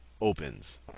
opens